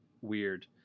weird